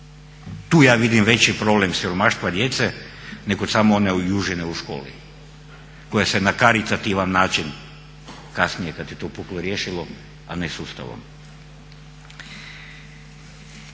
Tu ja vidim veći problem siromaštva djece nego samo one užine u školi koja se na karitativan način kasnije kad je to puklo riješilo a ne sustavom.